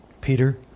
Peter